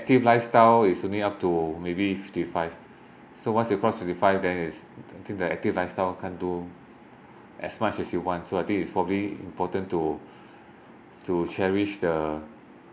active lifestyle is only up to maybe fifty five so once you cross fifty five then I think the active lifestyle can't do as much as you want so I think it's probably important to to cherish the